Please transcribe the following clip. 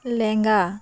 ᱞᱮᱝᱜᱟ